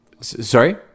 sorry